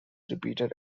repeated